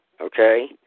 okay